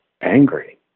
angry